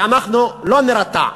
שאנחנו לא נירתע.